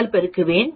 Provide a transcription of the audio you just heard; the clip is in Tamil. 96 ஆல் பெருக்குவேன்